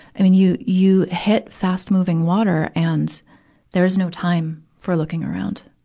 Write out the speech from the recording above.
i mean, you, you hit fast-moving water, and there's no time for looking around,